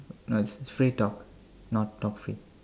no it's free talk not talk free